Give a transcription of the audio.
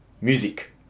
music